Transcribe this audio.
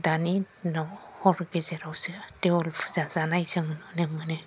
दानि दिनाव हर गेजेरावसो देवोल फुजा जानाय जों नुनो मोनो